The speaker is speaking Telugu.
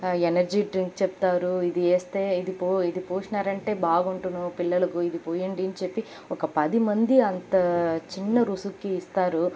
ఎనర్జీ డ్రింక్ చెప్తారు ఇది వేస్తే ఇది పో ఇది పోసారంటే బాగుంటును పిల్లలకు ఇది పోయండి అని చెప్పి ఒక పది మంది అంతా చిన్న రుసుక్కి ఇస్తారు